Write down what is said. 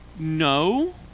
No